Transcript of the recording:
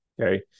Okay